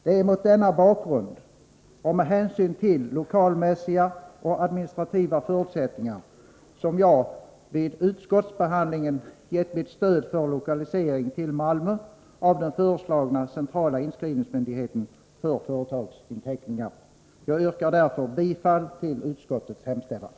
Det är mot denna bakgrund och med hänsyn till Ilokalmässiga och administrativa förutsättningar som jag vid utskottsbehandlingen gett mitt stöd för lokalisering till Malmö av den föreslagna centrala inskrivningsmyndigheten för företagsinteckningar. Jag yrkar därför bifall till utskottets hemställan.